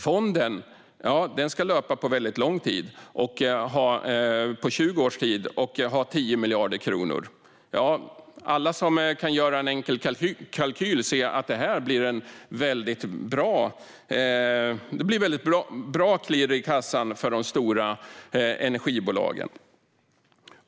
Fonden ska löpa över väldigt lång tid, 20 års tid, och ha 10 miljarder kronor. Alla som kan göra en enkel kalkyl ser att det blir väldigt bra klirr i kassan för de stora energibolagen.